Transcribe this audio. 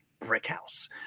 Brickhouse